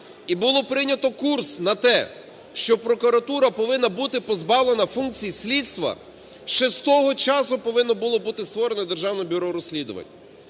і було прийнято курс на те, що прокуратура повинна бути позбавлена функції слідства, ще з того часу повинно було бути створено Державне бюро розслідувань.